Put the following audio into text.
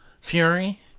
Fury